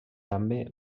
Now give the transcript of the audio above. també